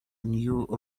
new